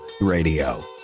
Radio